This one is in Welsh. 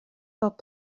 pob